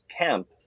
camp